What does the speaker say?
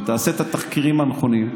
היא תעשה את התחקירים הנכונים.